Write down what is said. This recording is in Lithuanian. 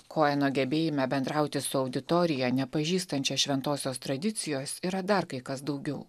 koeno gebėjime bendrauti su auditorija nepažįstančia šventosios tradicijos yra dar kai kas daugiau